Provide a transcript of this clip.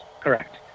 correct